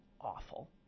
awful